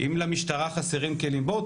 אם למשטרה חסרים כלים - בואו,